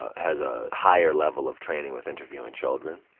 has a higher level of training with interviewing children.